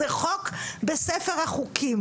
זה חוק בספר החוקים.